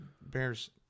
Bears